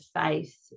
faith